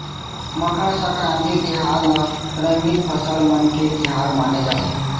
मकर संकरांति तिहार ल रंगीन फसल मन के तिहार माने जाथे